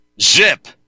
Zip